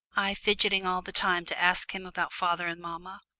i fidgeting all the time to ask him about father and mamma,